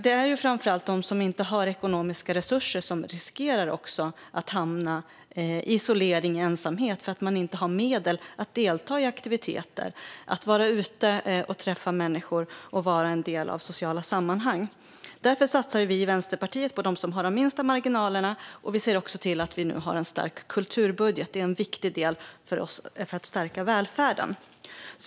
Det är framför allt de som inte har ekonomiska resurser som riskerar att hamna i isolering och ensamhet för att de inte har medel för att kunna delta i aktiviteter, vara ute och träffa människor och vara en del av sociala sammanhang. Därför satsar vi i Vänsterpartiet på dem som har de minsta marginalerna, och vi ser också till att vi nu har en stark kulturbudget. Det är en viktig del för att stärka välfärden.